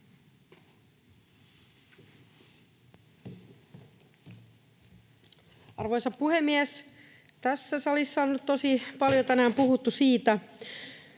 Arvoisa puhemies! Tässä salissa on nyt tosi paljon tänään puhuttu siitä,